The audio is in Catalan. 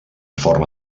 forma